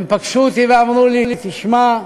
הם פגשו אותי ואמרו לי: תשמע,